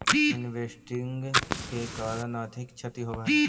investing के कारण आर्थिक क्षति होवऽ हई